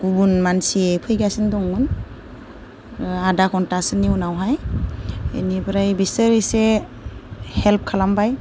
गुबुन मानसि फैगासिनो दंमोन आधा खन्टासोनि उनावहाय बेनिफ्राय बिसोर एसे हेल्प खालामबाय